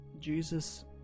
Jesus